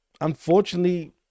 unfortunately